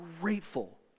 grateful